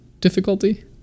difficulty